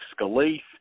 Scalise